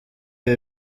ibi